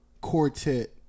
quartet